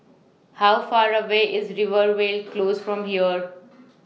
How Far away IS Rivervale Close from here